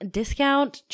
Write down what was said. discount